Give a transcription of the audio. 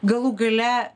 galų gale